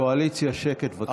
קואליציה, שקט, בבקשה.